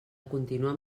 continuar